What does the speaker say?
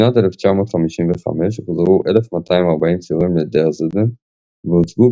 בשנת 1955 הוחזרו 1,240 ציורים לדרזדן והוצגו